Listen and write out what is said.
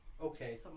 Okay